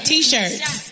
t-shirts